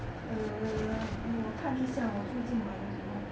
uh then 我看一下我最近买了什么